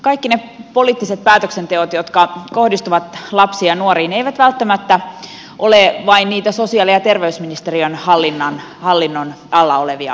kaikki ne poliittiset päätöksenteot jotka kohdistuvat lapsiin ja nuoriin eivät välttämättä ole vain niitä sosiaali ja terveysministeriön hallinnon alla olevia asioita